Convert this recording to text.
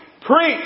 preach